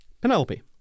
Penelope